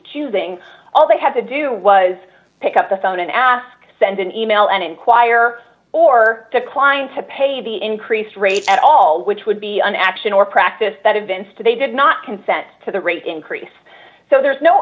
choosing all they had to do was pick up the phone and ask send an e mail and inquire or decline to pay the increased rate at all which would be an action or practice that events today did not consent to the rate increase so there is no